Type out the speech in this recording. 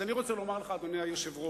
אז אני רוצה לומר לך, אדוני היושב-ראש,